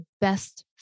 best